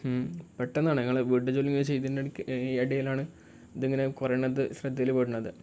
പെട്ടെന്നാണ് ഞങ്ങൾ വീട് ജോലി അങ്ങനെ ചെയ്തതിനിടയ്ക്ക് ഇടയിലാണ് ഇതിങ്ങനെ കുറയണത് ശ്രദ്ധയിൽ പെടുന്നത്